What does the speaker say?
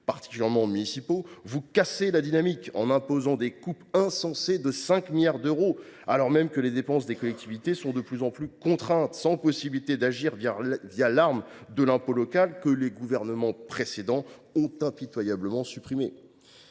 particulièrement municipaux ; pourtant, vous cassez la dynamique en leur imposant des coupes insensées de 5 milliards d’euros, alors même que leurs dépenses sont de plus en plus contraintes, sans possibilité d’agir l’arme des impôts locaux, que les gouvernements précédents ont impitoyablement supprimés.